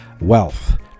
wealth